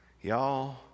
Y'all